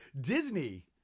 Disney